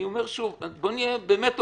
אני אומר שוב: בואו נהיה הוגנים,